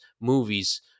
movies